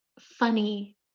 funny